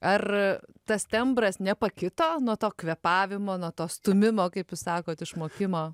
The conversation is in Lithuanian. ar tas tembras nepakito nuo to kvėpavimo nuo to stūmimo kaip jūs sakot išmokimo